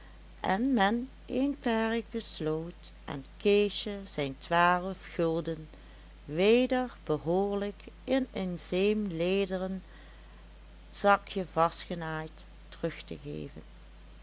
en men eenparig besloot aan keesje zijn twaalf gulden weder behoorlijk in een zeemlederen zakje vastgenaaid terug te geven